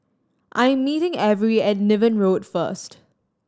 I'm meeting Averi at Niven Road first